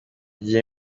kugira